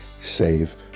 save